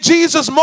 Jesus